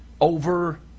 over